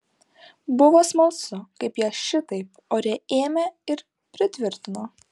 buvo smalsu kaip ją šitaip ore ėmė ir pritvirtino